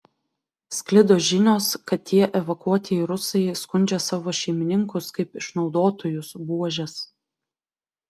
sklido žinios kad tie evakuotieji rusai įskundžia savo šeimininkus kaip išnaudotojus buožes